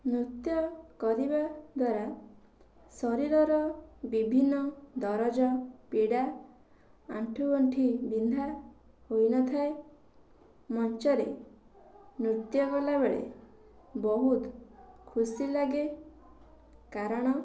ନୃତ୍ୟ କରିବା ଦ୍ୱାରା ଶରୀରର ବିଭିନ୍ନ ଦରଜ ପୀଡ଼ା ଆଣ୍ଠୁଗଣ୍ଠି ବିନ୍ଧା ହୋଇନଥାଏ ମଞ୍ଚରେ ନୃତ୍ୟ କଲାବେଳେ ବହୁତ ଖୁସି ଲାଗେ କାରଣ